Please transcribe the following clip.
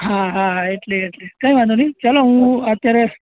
હા હા હા એટલે એટલે કંઈ વાંધો નહીં ચાલો હું અત્યારે